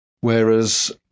Whereas